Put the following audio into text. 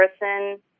person